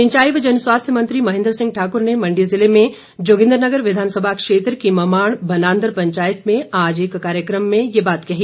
सिंचाई व जनस्वास्थ्य मंत्री महेंद्र सिंह ठाकुर ने मंडी ज़िले में जोगिंद्रनगर विधानसभा क्षेत्र की ममाण बनांदर पंचायत में आज एक कार्यक्रम में ये बात कही